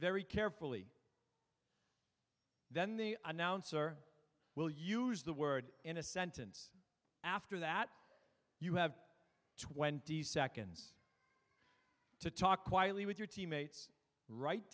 very carefully then the announcer will use the word in a sentence after that you have twenty seconds to talk quietly with your teammates wri